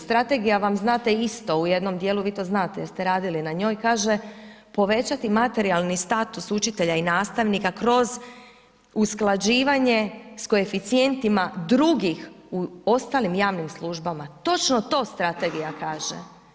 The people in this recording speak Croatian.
Strategija vam, znate, isto u jednom dijelu, vi to znate jer ste radili na njoj kaže, povećati materijalni status učitelja i nastavnika kroz usklađivanje s koeficijentima drugih u ostalim javnim službama, točno to strategija kaže.